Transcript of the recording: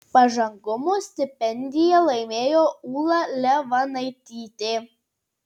pažangumo stipendiją laimėjo ūla levanaitytė